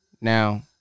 Now